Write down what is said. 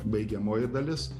baigiamoji dalis